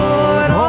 Lord